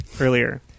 earlier